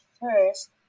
first